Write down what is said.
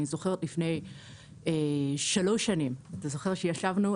אני זוכרת לפני שלוש שנים אתה זוכר שישבנו,